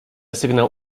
sygnał